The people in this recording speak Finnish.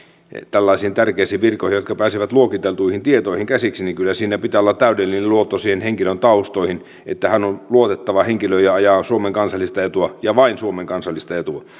tällaisiin tärkeisiin virkoihin henkilöitä jotka pääsevät luokiteltuihin tietoihin käsiksi kyllä siinä pitää olla täydellinen luotto niihin henkilön taustoihin että hän on luotettava henkilö ja ajaa suomen kansallista etua ja vain suomen kansallista etua